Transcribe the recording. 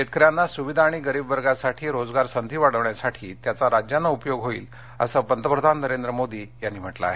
शेतकऱ्यांना सुविधा आणि गरीब वर्गासाठी रोजगार संधी वाढविण्यासाठी त्याचा राज्यांना उपयोग होईल अस पंतप्रधान नरेंद्र मोदी यांनी म्हटल आहे